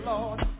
Lord